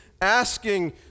asking